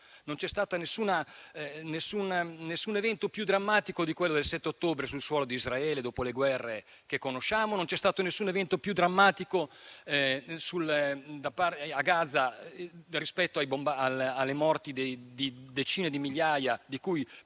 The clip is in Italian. Non vi è stato alcun evento più drammatico di quello del 7 ottobre sul suolo di Israele dopo le guerre che conosciamo; non vi è stato alcun evento più drammatico a Gaza di quello delle morti di decine di migliaia di